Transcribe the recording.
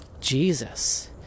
Jesus